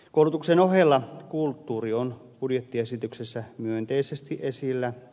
koulutuksen ohella kulttuuri on budjettiesityksessä myönteisesti esillä